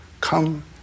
Come